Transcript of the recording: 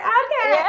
okay